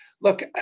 Look